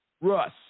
Russ